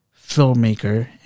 filmmaker